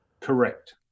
Correct